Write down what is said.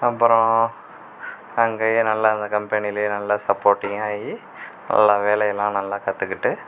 அப்புறம் அங்கேயே நல்லா அந்த கம்பெனிலையே நல்லா சப்போர்ட்டிங்காக ஆகி நல்லா வேலையெல்லாம் நல்லா கற்றுக்கிட்டு